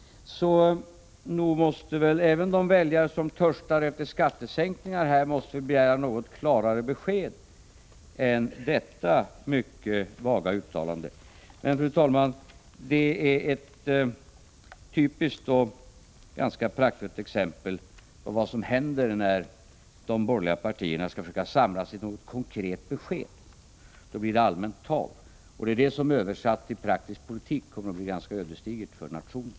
Så nog måste väl även de väljare som törstar efter skattesänkningar begära något klarare besked än detta mycket vaga uttalande! Men, fru talman, det är ett typiskt och ganska praktfullt exempel på vad som händer när de borgerliga partierna skall försöka samlas till något konkret besked. Då blir det allmänt tal, och det är det som översatt till praktisk politik kommer att bli ganska ödesdigert för nationen.